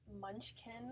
Munchkin